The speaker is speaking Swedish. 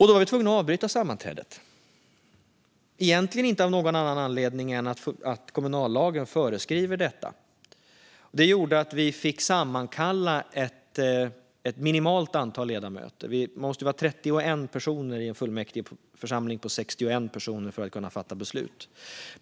Då var vi tvungna att avbryta sammanträdet, egentligen inte av någon annan anledning än att kommunallagen föreskriver det. Detta gjorde att vi fick sammankalla ett minimalt antal ledamöter. Vi måste vara 31 personer i en fullmäktigeförsamling på 61 personer för att kunna fatta beslut.